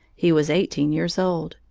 he was eighteen years old.